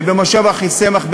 ובמושב אחיסמך,